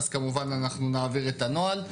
אז כמובן אנחנו נעביר את הנוהל.